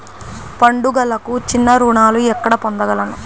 పండుగలకు చిన్న రుణాలు ఎక్కడ పొందగలను?